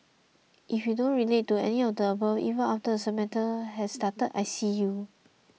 if you don't relate to any of the above even after the semester has started I see you